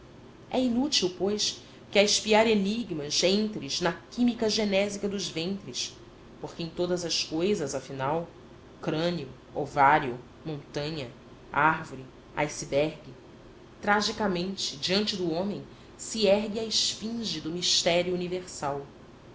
é inútil pois que a espiar enigmas entres na química genésica dos ventres porque em todas as coisas afinal crânio ovário montanha árvore iceberg tragicamente diante do homem se ergue a esfinge do mistério universal